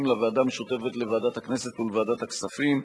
לוועדה המשותפת לוועדת הכנסת ולוועדת הכספים.